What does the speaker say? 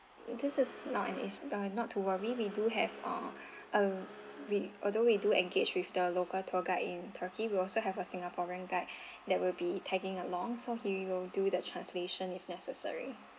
this is not an as err not to worry we do have uh err we although we do engage with the local tour guide in turkey we'll also have a singaporean guide that will be tagging along so he will do that translation if necessary